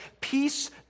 peace